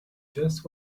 just